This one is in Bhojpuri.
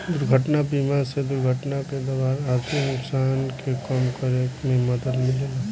दुर्घटना बीमा से दुर्घटना के दौरान आर्थिक नुकसान के कम करे में मदद मिलेला